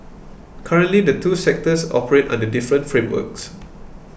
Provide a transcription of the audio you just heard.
currently the two sectors operate under different frameworks